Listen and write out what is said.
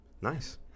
Nice